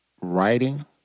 writing